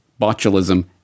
botulism